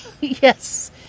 Yes